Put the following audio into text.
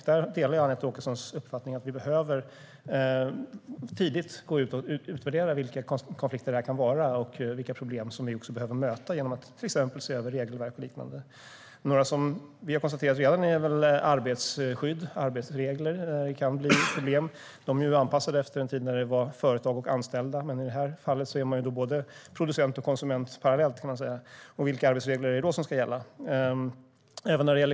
Där delar jag Anette Åkessons uppfattning att vi tidigt behöver utvärdera vilka konflikter det kan vara och vilka problem som vi också är beredda att möta genom att till exempel se över regelverk och liknande. Några som vi redan har konstaterat gäller arbetsskydd och arbetsregler, där det kan bli problem. De är ju anpassade efter en tid när det var företag och anställda. Men i det här fallet är man både producent och konsument parallellt, kan man säga. Vilka arbetsregler är det då som ska gälla?